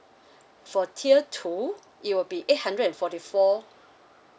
for tier two it will be eight hundred and forty four